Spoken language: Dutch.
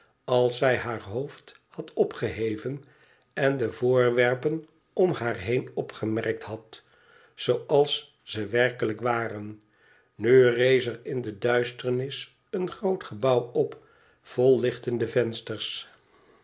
als zij haar hoofd had opgeheven en de voorwerpen om haar heen opgemerkt had zooals ze werkelijk waren nu rees er in de duisternis en groot gebouw op vol lichtende vensters